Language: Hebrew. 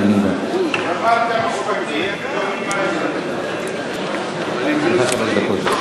חבר הכנסת דב חנין, יש לך שלוש דקות.